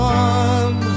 one